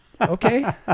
Okay